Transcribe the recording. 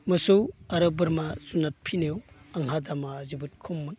मोसौ आरो बोरमा जुनार फिसिनायाव आंहा दामा जोबोद खममोन